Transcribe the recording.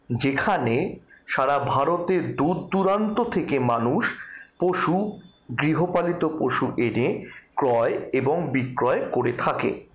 যেখানে সারা ভারতের দূর দূরান্ত থেকে মানুষ পশু গৃহপালিত পশু এনে ক্রয় এবং বিক্রয় করে থাকে